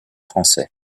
français